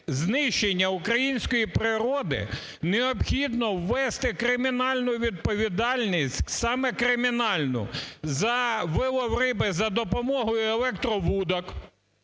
знищення української природи, необхідно ввести кримінальну відповідальність, саме кримінальну за вилов риби, за допомогою електровудок.